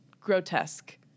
grotesque